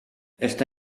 está